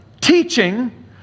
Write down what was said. teaching